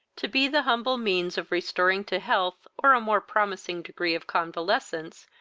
to be the humble means of restoring to health, or a more promising degree of convalescence,